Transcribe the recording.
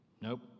nope